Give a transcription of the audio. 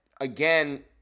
again